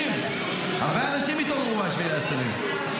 הרבה אנשים התעוררו ב-7 באוקטובר.